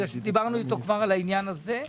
דיברנו איתו כבר על העניין הזה,